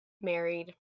married